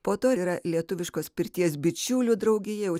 po to yra lietuviškos pirties bičiulių draugija o